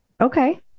Okay